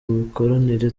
mikoranire